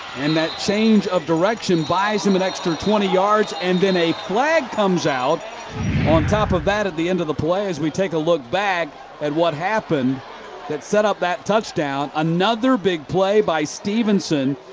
and that change of direction buys him an extra twenty yards and then a flag comes out on top of that at the end of the play, as we take a look back at what happened that set up that touchdown. another big play by stephenson,